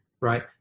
Right